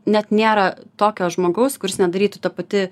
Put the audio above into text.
net nėra tokio žmogaus kuris nedarytų ta pati